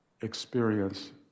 experience